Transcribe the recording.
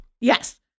Yes